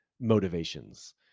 motivations